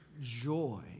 joy